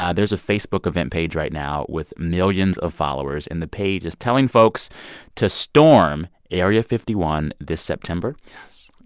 yeah there's a facebook event page right now with millions of followers. and the page is telling folks to storm area fifty one this september yes